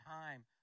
time